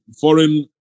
foreign